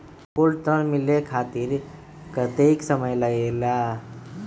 Gold ऋण मिले खातीर कतेइक समय लगेला?